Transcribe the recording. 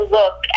look